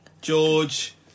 George